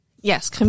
Yes